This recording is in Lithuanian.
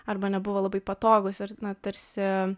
arba nebuvo labai patogūs ir na tarsi